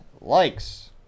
likes